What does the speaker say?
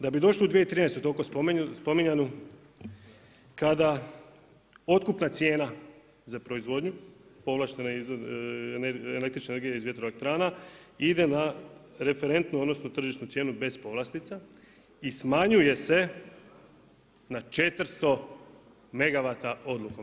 Da bi došlo u 2013. toliko spominjanu, kada otkupna cijena za proizvodnju povlaštene električne energije iz vjetroelektrana ide na referentno odnosno tržišnu cijenu bez povlastica, i smanjuje se na 400 megavata odlukom.